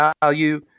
value